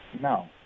No